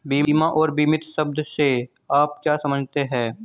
बीमा और बीमित शब्द से आप क्या समझते हैं?